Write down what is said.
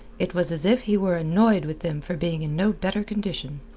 it was as if he were annoyed with them for being in no better condition.